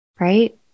Right